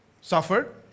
suffered